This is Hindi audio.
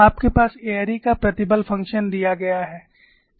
आपके पास एयरी Airy's का प्रतिबल फ़ंक्शन दिया गया है